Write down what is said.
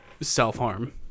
self-harm